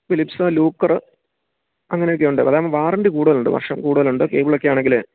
Philips ലൂക്കര് അങ്ങനെയൊക്കെ ഉണ്ട് അതാവുമ്പോള് വാറണ്ടി കൂടുതലുണ്ട് വർഷം കൂടുതലുണ്ട് കേബിളൊക്കെയാണെങ്കില്